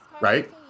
Right